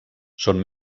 són